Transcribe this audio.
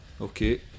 okay